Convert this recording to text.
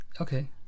Okay